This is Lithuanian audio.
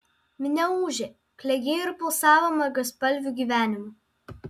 minia ūžė klegėjo ir pulsavo margaspalviu gyvenimu